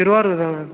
திருவாரூர்தான் ma'am